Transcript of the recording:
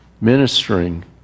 ministering